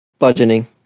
budgeting